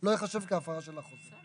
ולא ייחשב כהפרה של החוזה.